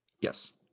Yes